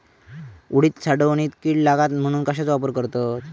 उडीद साठवणीत कीड लागात म्हणून कश्याचो वापर करतत?